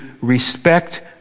respect